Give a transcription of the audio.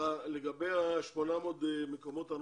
לגבי ה-800 המקומות הנוספים,